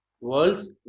World's